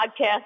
podcast